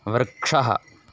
वृक्षः